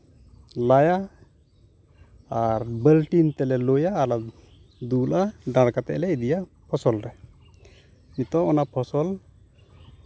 ᱞᱟᱭᱟ ᱟᱨ ᱵᱟᱹᱞᱴᱤᱱ ᱛᱮᱞᱮ ᱞᱩᱭᱟ ᱟᱨᱞᱮ ᱫᱩᱞᱟ ᱫᱟᱨ ᱠᱟᱛᱮ ᱞᱮ ᱤᱫᱤᱭᱟ ᱯᱷᱚᱥᱚᱞ ᱨᱮ ᱱᱤᱛᱚᱜ ᱚᱱᱟ ᱯᱷᱚᱥᱚᱞ